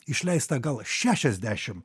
išleista gal šešiasdešim